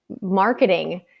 marketing